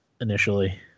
initially